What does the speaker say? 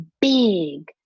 big